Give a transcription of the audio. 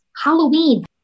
Halloween